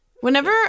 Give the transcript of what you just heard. Whenever